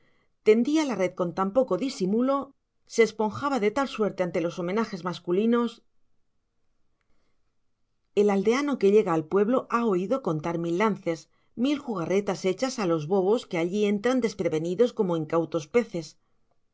tendía la red con tan poco disimulo se esponjaba de tal suerte ante los homenajes masculinos el aldeano que llega al pueblo ha oído contar mil lances mil jugarretas hechas a los bobos que allí entran desprevenidos como incautos peces